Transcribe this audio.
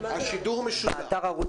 באתר ערוץ